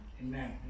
amen